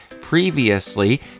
previously